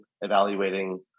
evaluating